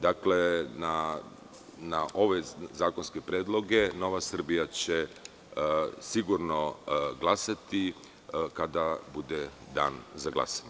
Dakle, za ove zakonske predloge NS će sigurno glasati kada bude Dan za glasanje.